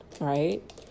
right